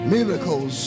Miracles